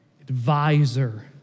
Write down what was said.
advisor